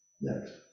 Next